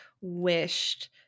wished